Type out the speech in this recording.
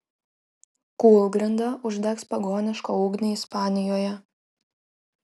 kūlgrinda uždegs pagonišką ugnį ispanijoje